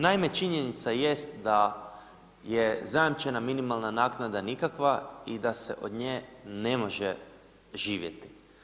Naime, činjenica jest da je zajamčena minimalna naknada nikakva i da se od nje ne može živjeti.